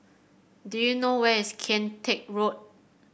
do you know where is Kian Teck Road